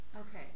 Okay